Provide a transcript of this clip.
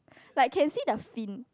like can see the fin